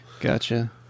Gotcha